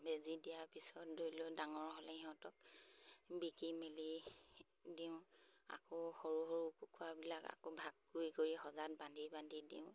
বেজী দিয়াৰ পিছত ধৰি লওক ডাঙৰ হ'লে সিহঁতক বিকি মেলি দিওঁ আকৌ সৰু সৰু কুকুৰাবিলাক আকৌ ভাগ কৰি কৰি সঁজাত বান্ধি বান্ধি দিওঁ